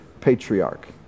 patriarch